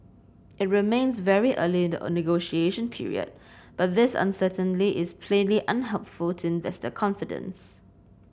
it remains very early in the negotiation period but this uncertainty is plainly unhelpful to investor confidence